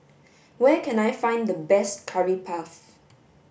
where can I find the best curry puff